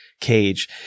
cage